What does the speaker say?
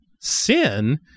sin